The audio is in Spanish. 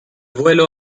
vuelo